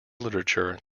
literature